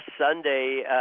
Sunday